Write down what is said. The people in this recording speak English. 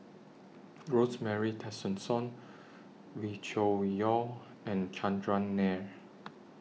Rosemary Tessensohn Wee Cho Yaw and Chandran Nair